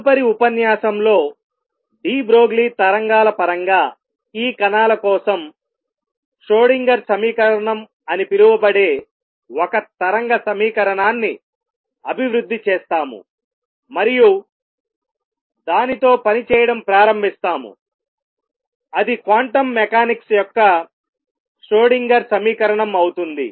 తదుపరి ఉపన్యాసం లో డి బ్రోగ్లీ తరంగాల పరంగా ఈ కణాల కోసం ష్రోడింగర్Schrödinger సమీకరణం అని పిలువబడే ఒక తరంగ సమీకరణాన్ని అభివృద్ధి చేస్తాము మరియు దానితో పనిచేయడం ప్రారంభిస్తాము అది క్వాంటం మెకానిక్స్ యొక్క ష్రోడింగర్ సమీకరణం అవుతుంది